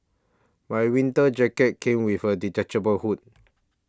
my winter jacket came with a detachable hood